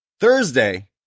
Thursday